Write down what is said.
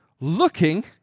Looking